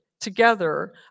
together